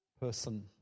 person